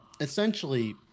essentially